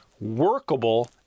Workable